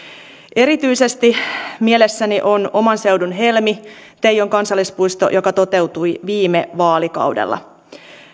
erityisesti mielessäni on oman seudun helmi teijon kansallispuisto joka toteutui viime vaalikaudella